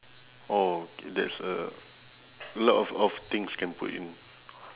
oh that's a a lot of of things can put in